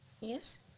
Yes